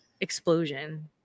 Explosion